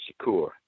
shakur